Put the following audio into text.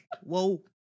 Whoa